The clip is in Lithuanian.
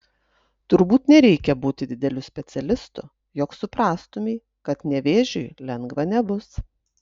turbūt nereikia būti dideliu specialistu jog suprastumei kad nevėžiui lengva nebus